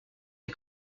est